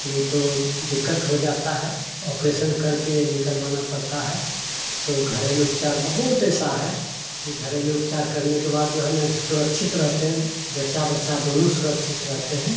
नहीं तो दिक्कत हो जाता है ऑपरेसन करके निकलवाना पड़ता है तो घरेलू उपचार बहुत ऐसा है कि घरेलू उपचार करने के बाद जो है न सुरक्षित रहते हैं जच्चा बच्चा दोनों सुरक्षित रहते हैं